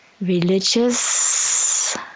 religious